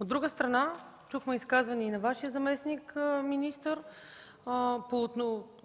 От друга страна чухме изказвания и на Вашия заместник-министър